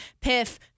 piff